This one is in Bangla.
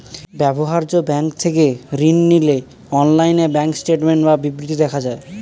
ব্যবহার্য ব্যাঙ্ক থেকে ঋণ নিলে অনলাইনে ব্যাঙ্ক স্টেটমেন্ট বা বিবৃতি দেখা যায়